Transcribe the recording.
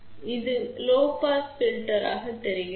எனவே இந்த உள்ளமைவு குறைந்த பாஸ் வடிப்பானாகவும் தெரிகிறது